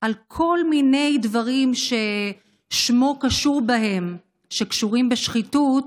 על כל מיני דברים ששמו קשור בהם שקשורים בשחיתות,